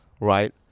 Right